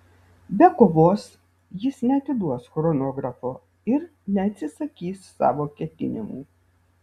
be kovos jis neatiduos chronografo ir neatsisakys savo ketinimų